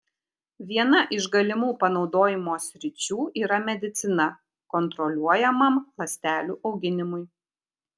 viena iš galimų panaudojimo sričių yra medicina kontroliuojamam ląstelių auginimui